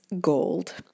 gold